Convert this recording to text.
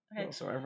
Okay